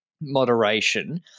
moderation